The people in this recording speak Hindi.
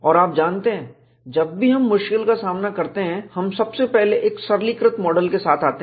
और आप जानते हैं जब भी हम मुश्किल का सामना करते हैं हम सबसे पहले एक सरलीकृत मॉडल के साथ आते हैं